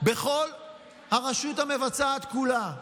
בכל הרשות המבצעת כולה,